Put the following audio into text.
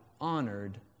honored